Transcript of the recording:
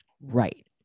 Right